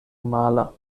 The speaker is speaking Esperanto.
mala